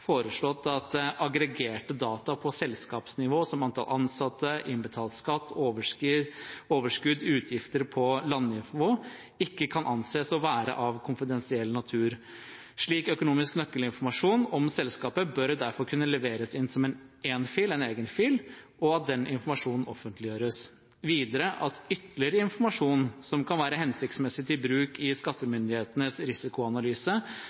foreslått at aggregerte data på selskapsnivå som antall ansatte, innbetalt skatt, overskudd og utgifter på landnivå ikke kan anses å være av konfidensiell natur. Slik økonomisk nøkkelinformasjon om selskapet bør derfor kunne leveres inn som en egen fil, og informasjonen offentliggjøres. Videre sendes ytterligere informasjon som kan være hensiktsmessig til bruk i skattemyndighetenes risikoanalyse,